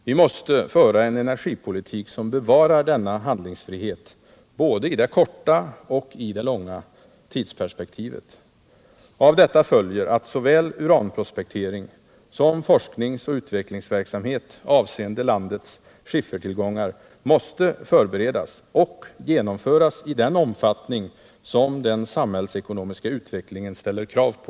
Vi måste föra en energipolitik som bevarar denna handlingsfrihet, både i det korta och i det långa tidsperspektivet. Av detta följer att såväl uranprospektering som forskningsoch utvecklingsverksamhet avseende landets skiffertillgångar måste förberedas och genomföras i den omfattning som den samhällsekonomiska utvecklingen ställer krav på.